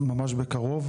ממש בקרוב,